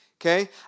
okay